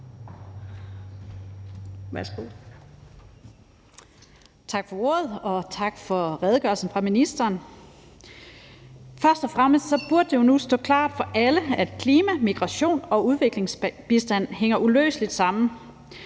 Tak for ordet. Og tak for redegørelsen fra ministeren. Først og fremmest burde det jo nu stå klart for alle, at klima, migration og udviklingsbistand hænger uløseligt sammen.